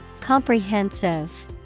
Comprehensive